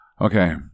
okay